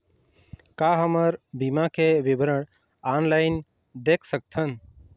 का हमर बीमा के विवरण ऑनलाइन देख सकथन?